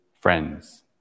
friends